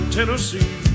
Tennessee